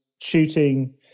shooting